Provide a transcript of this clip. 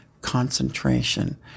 concentration